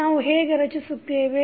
ನಾವು ಹೇಗೆ ರಚಿಸುತ್ತೇವೆ